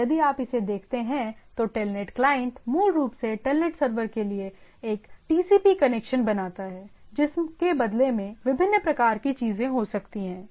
या यदि आप इसे देखते हैं तो टेलनेट क्लाइंट मूल रूप से टेलनेट सर्वर के लिए एक टीसीपी कनेक्शन बनाता है जिसमें बदले में विभिन्न प्रकार की चीजें हो सकती हैं